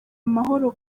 amahoro